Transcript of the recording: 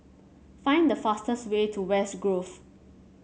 find the fastest way to West Grove